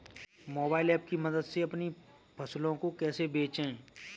Mobile app की मदद से अपनी फसलों को कैसे बेचें?